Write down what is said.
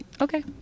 okay